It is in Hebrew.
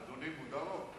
אדוני מודע לו?